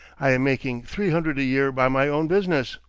i am making three hundred a year by my own business.